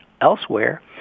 elsewhere